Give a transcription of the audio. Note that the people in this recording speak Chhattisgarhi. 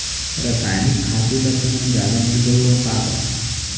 रसायनिक खातू ल तुमन जादा नइ बउरा का गा?